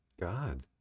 God